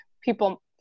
people